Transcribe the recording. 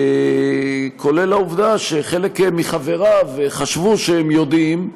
כולל העובדה שחלק מחבריו חשבו שהם יודעים,